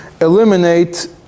eliminate